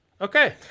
Okay